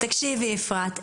תקשיבי אפרת,